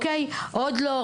"עוד לא,